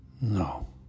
No